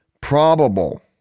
probable